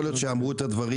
יכול להיות שאמרו את הדברים,